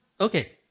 Okay